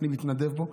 אני מתנדב בו,